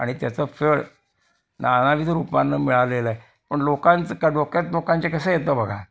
आणि त्याचा फळ नानाविध रूपानं मिळालेलं आहे पण लोकांचं का डोक्यात लोकांच्या कसं येतं बघा